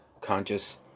conscious